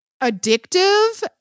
addictive